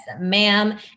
ma'am